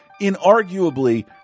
inarguably